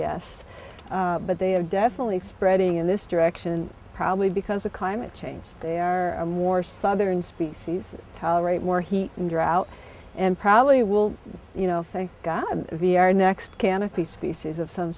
yes but they are definitely spreading in this direction probably because of climate change they are a more southern species tolerate more heat and drought and probably will you know thank god we are next canopy species of some